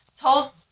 Told